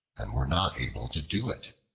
and were not able to do it.